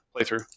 playthrough